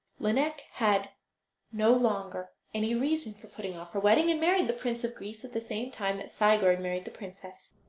lineik had no longer any reason for putting off her wedding, and married the prince of greece at the same time that sigurd married the princess.